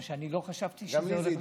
מה שלא חשבתי שיקרה.